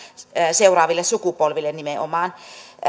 seuraaville sukupolville nimenomaan